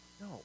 No